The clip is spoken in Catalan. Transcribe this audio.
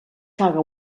caga